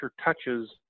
touches